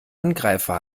angreifer